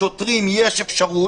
מה שיהיה פתוח,